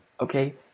Okay